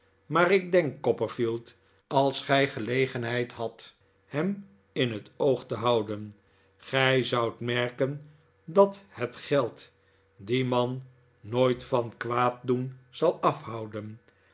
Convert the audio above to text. maar ik denk copperfield als gij gelegenheid hadt hem in het oog te houden gij zoudt merken dat het geld dien man nooit van kwaaddoen zal afhouden